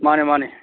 ꯃꯥꯟꯅꯦ ꯃꯥꯟꯅꯦ